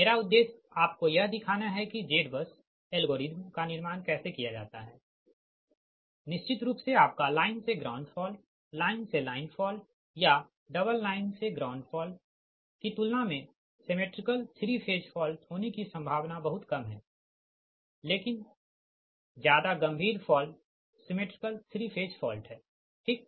मेरा उद्देश्य आपको यह दिखाना है कि Z बस एल्गोरिदम का निर्माण कैसे किया जाता है निश्चित रूप से आपका लाइन से ग्राउंड फॉल्ट लाइन से लाइन फॉल्ट या डबल लाइन से ग्राउंड फॉल्ट की तुलना में सिमेट्रिकल 3 फेज फॉल्ट होने की संभावना बहुत कम है लेकिन ज्यादा गंभीर फॉल्ट सिमेट्रिकल 3 फेज फॉल्ट है ठीक